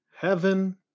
heaven